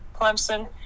Clemson